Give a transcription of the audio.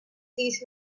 these